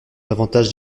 avantage